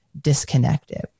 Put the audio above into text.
Disconnected